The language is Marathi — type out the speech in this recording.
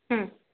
हं